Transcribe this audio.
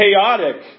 chaotic